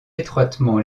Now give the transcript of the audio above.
étroitement